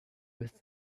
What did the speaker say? with